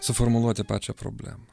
suformuluoti pačią problemą